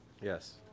Yes